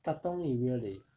katong 里面 leh